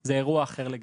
זה אירוע אחר לגמרי.